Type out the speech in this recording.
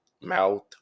mouth